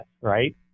right